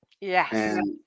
yes